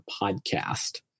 podcast